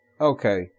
Okay